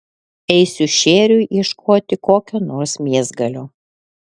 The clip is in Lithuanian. eisiu šėriui ieškoti kokio nors mėsgalio